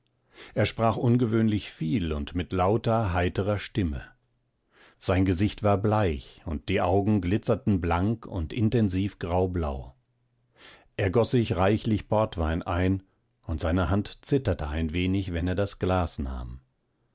er sprach ungewöhnlich viel und mit lauter heiterer stimme sein gesicht war bleich und die augen glitzerten blank und intensiv graublau er goß sich reichlich portwein ein und seine hand zitterte ein wenig wenn er das glas nahm